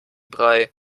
brei